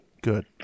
Good